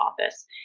office